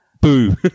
boo